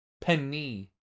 Penny